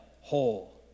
whole